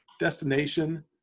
Destination